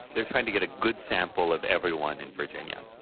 they're trying to get a good sample of everyone in virginia